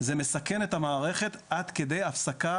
זה מסכן את המערכת עד כדי הפסקה